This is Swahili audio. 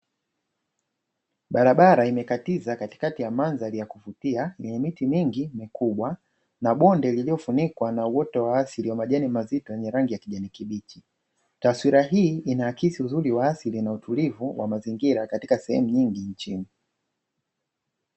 Barabara imekatiza katikati ya mandhari ya kuvutia yenye miti mingi mikubwa, na bonde lililofunikwa na uoto wa asili wa majani mazito yenye rangi ya kijani kibichi, taswira hii inaakisi uzuri wa asili na utulivu wa mazingira katika sehemu nyingi nchini.